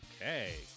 okay